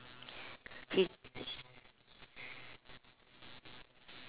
he's